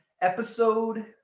episode